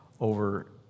over